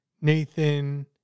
Nathan